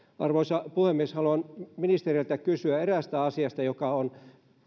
arvoisa puhemies haluan ministeriltä kysyä eräästä asiasta joka on